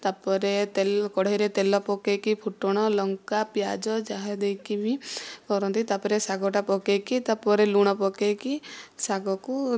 ତାପରେ ତେଲ କଢ଼େଇରେ ତେଲ ପକେଇକି ଫୁଟଣ ଲଙ୍କା ପିଆଜ ଯାହା ଦେଇକି ବି କରନ୍ତି ତାପରେ ଶାଗଟା ପକେଇକି ତାପରେ ଲୁଣ ପକେଇକି ଶାଗକୁ